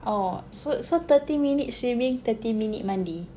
oh so so thirty minutes swimming thirty minutes mandi